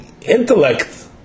intellect